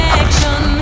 action